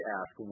ask